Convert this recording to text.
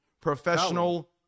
professional